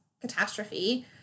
catastrophe